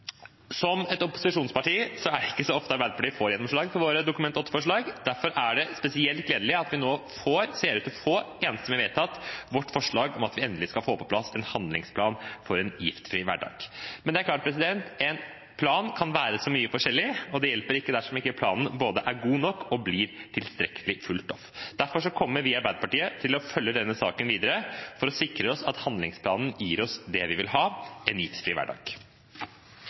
Som et opposisjonsparti er det ikke så ofte Arbeiderpartiet får gjennomslag for sine Dokument 8-forslag. Derfor er det spesielt gledelig at vi nå ser ut til å få enstemmig vedtatt vårt forslag om at vi endelig skal få på plass en handlingsplan for en giftfri hverdag. Men en plan kan være så mye forskjellig, og det hjelper ikke dersom ikke planen både er god nok og blir tilstrekkelig fulgt opp. Derfor kommer vi i Arbeiderpartiet til å følge denne saken videre for å sikre oss at handlingsplanen gir oss det vi vil ha: en